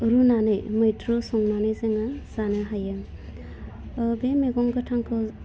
रुनानै मैद्रु संनानै जोङो जानो हायो ओह बे मैगं गोथांखौ